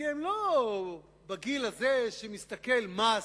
כי הם לא בגיל הזה שמסתכל "מה עשיתי".